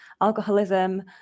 alcoholism